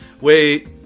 Wait